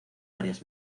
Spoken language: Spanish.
varias